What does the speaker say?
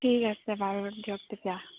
ঠিক অছে বাৰু দিয়ক তেতিয়া